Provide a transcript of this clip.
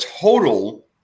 total